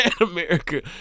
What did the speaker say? America